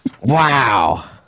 Wow